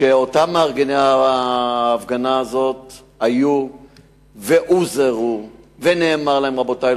שמארגני ההפגנה הזאת היו והוזהרו ונאמר להם: רבותי,